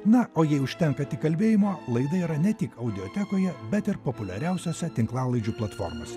na o jei užtenka tik kalbėjimo laida yra ne tik audiotekoje bet ir populiariausiose tinklalaidžių platformose